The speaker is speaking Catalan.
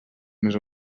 més